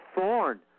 thorn